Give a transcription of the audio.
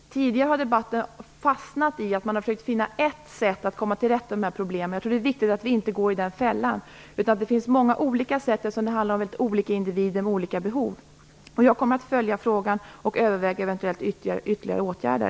Tidigare har debatten fastnat i att man försökt finna ett enda sätt att komma till rätta med dessa problem. Men jag tror att det är viktigt att vi inte går i den fällan. Det finns säkert många olika sätt, eftersom det handlar om mycket olika individer med olika behov. Jag kommer att följa frågan för att överväga eventuella ytterligare åtgärder.